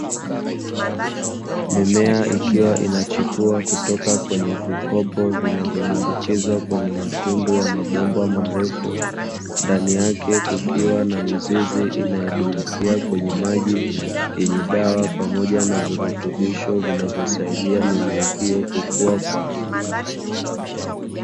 Mimea ikiwa inachipua kutoka kwenye vikopo vinavyodumbukizwa kwenye matundu ya mabomba marefu, ndani yake kukiwa na mizizi inayedumbukia kwenye maji yenye dawa pamoja na virutubisho vinavyosaidia mimea hiyo kukua kwa haraka.